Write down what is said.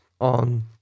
on